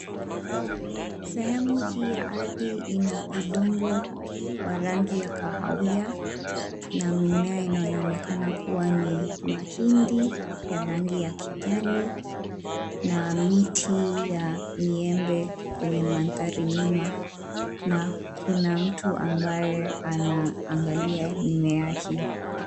Sehemu hii ya ardhi ina udongo wa rangi ya kahawia na mimea inayoonekana kuwa ni mahindi ya rangi ya kijani, na miti ya miembe kwenye mandhari nyuma, na kuna mtu ambaye anaangalia mimea hii.